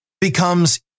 becomes